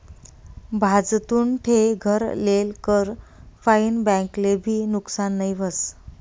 भाजतुन ठे घर लेल कर फाईन बैंक ले भी नुकसान नई व्हस